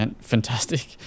fantastic